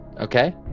Okay